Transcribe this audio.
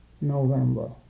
November